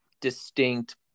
distinct